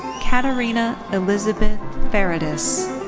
katerina elizabeth ferradas.